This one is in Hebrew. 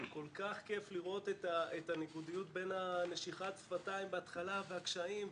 וכל כך כייף לראות את הניגודיות בין נשיכת השפתיים בהתחלה והקשיים,